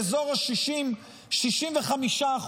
באזור ה-60%-65%.